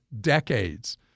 decades